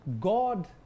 God